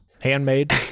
handmade